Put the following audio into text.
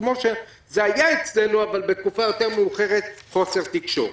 היה חוסר תקשורת.